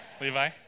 Levi